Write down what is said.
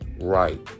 right